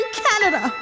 canada